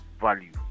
value